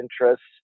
interests